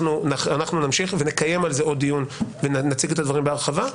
אנחנו נמשיך ונקיים על זה עוד דיון ונציג את הדברים בהרחבה.